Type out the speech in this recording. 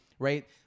Right